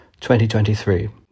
2023